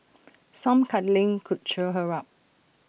some cuddling could cheer her up